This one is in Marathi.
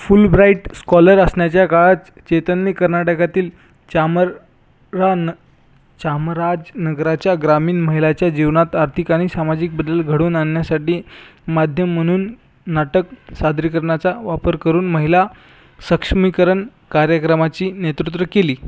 फुलब्राइट स्कॉलर असण्याच्या काळात चेतनने कर्नाटकातील चामर रान चामराजनगराच्या ग्रामीण महिलांच्या जीवनात आर्थिक आणि सामाजिक बदल घडवून आणण्यासाठी माध्यम म्हणून नाटक सादरीकरणाचा वापर करून महिला सक्षमीकरण कार्यक्रमांचे नेतृत्व केले